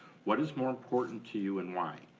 what is more important to you and why?